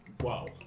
Wow